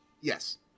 yes